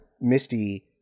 Misty